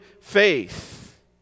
faith